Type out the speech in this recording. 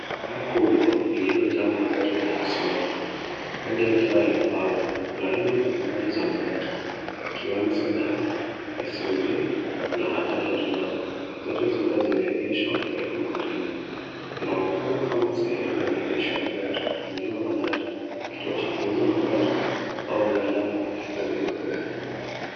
Eneo kubwa lililo jaa magari yaliyo simama mengi yakiwa yamepangwa kuna aina mbali mbali za magari ikiwemo sedan, SUV, na hata lori ndogo zote zikiwa zimeegeshwa karibu karibu. Inaonekana kama sehemu ya maegesho ya gari pengine bandari, kituo cha kuuza magari au gala la kuhifadhi magari.